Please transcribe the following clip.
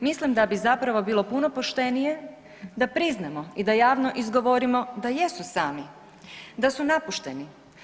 Mislim da bi zapravo bilo puno poštenije da priznamo i da javno izgovorimo da jesu sami, da su napušteni.